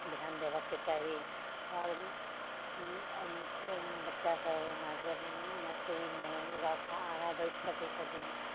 ध्यान देबऽके चाही आओर जे बच्चा सब मैथिलीमे लऽ कऽ आगाँ बढ़ि सकैत छथिन